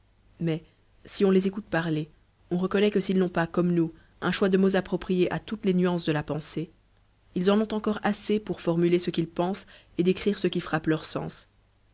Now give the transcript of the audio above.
mais si on les écoute parler on reconnaît que s'ils n'ont pas comme nous un choix de mots appropriés à toutes les nuances de la pensée ils en ont encore assez pour formuler ce qu'ils pensent et décrire ce qui frappe leurs sens